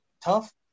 tough